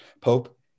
pope